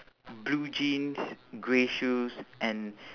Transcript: blue jeans grey shoes and